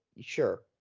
sure